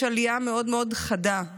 יש עלייה מאוד מאוד חדה,